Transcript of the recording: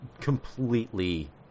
completely